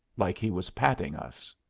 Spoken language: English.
like he was patting us.